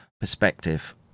perspective